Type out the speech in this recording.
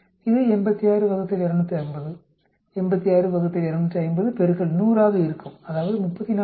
இது 86÷ 250 86 ÷ 250 100 ஆக இருக்கும் அதாவது 34